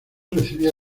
recibía